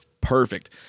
perfect